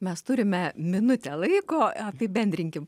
mes turime minutę laiko apibendrinkim